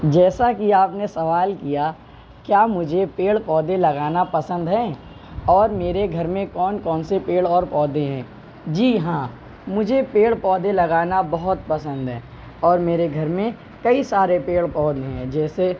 جیسا کہ آپ نے سوال کیا کیا مجھے پیڑ پودے لگانا پسند ہیں اور میرے گھر میں کون کون سے پیڑ اور پودے ہیں جی ہاں مجھے پیڑ پودے لگانا بہت پسند ہیں اور میرے گھر میں کئی سارے پیڑ پودے ہیں جیسے